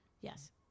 Yes